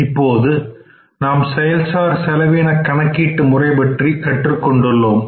இப்பொழுது நாம் செயல் சார் செலவின கணக்கீட்டு முறை பற்றி கற்றுக் கொண்டுள்ளோம்